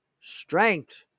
strength